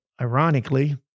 ironically